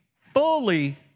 fully